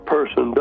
person